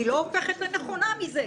היא לא הופכת לנכונה מזה,